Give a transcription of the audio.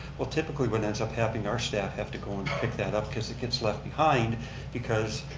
well, typically, what ends up happening, our staff have to go and pick that up cause it gets left behind because